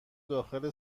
داخل